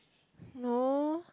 no